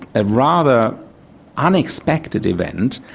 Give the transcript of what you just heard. a rather unexpected event,